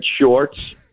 shorts